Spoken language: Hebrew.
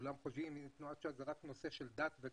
כולם חושבים שתנועת ש"ס היא רק נושא של דת ודת,